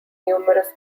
numerous